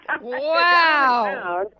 Wow